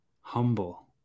Humble